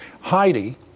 Heidi